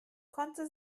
konnte